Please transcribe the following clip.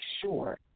sure